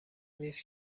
نیست